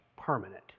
permanent